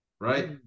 Right